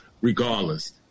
regardless